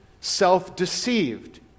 self-deceived